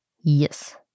Yes